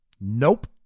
Nope